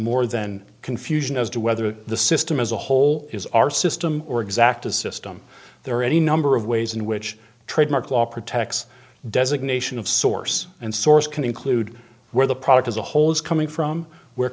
more than confusion as to whether the system as a whole is our system or exacta system there are any number of ways in which trademark law protects designation of source and source can include where the product as a whole is coming from where